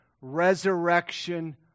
resurrection